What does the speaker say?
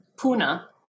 Puna